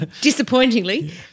Disappointingly